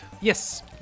Yes